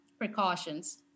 precautions